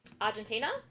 Argentina